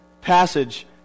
passage